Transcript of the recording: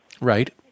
Right